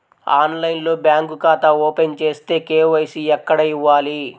ఆన్లైన్లో బ్యాంకు ఖాతా ఓపెన్ చేస్తే, కే.వై.సి ఎక్కడ ఇవ్వాలి?